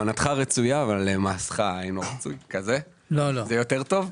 כוונתך רצויה אבל מעשיך אינו רצוי כזה זה יותר טוב.